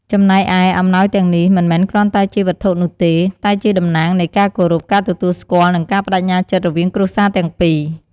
ចំណែកឯ អំណោយទាំងនេះមិនមែនគ្រាន់តែជាវត្ថុនោះទេ តែជាតំណាងនៃការគោរព ការទទួលស្គាល់ និងការប្ដេជ្ញាចិត្តរវាងគ្រួសារទាំងពីរ។